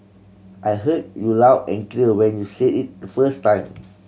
I heard you loud and clear when you said it the first time